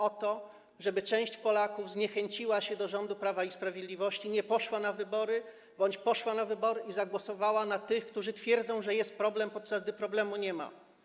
O to, żeby część Polaków zniechęciła się do rządu Prawa i Sprawiedliwości, nie poszła na wybory bądź poszła na wybory i zagłosowała na tych, którzy twierdzą, że jest problem, podczas gdy problemu nie ma.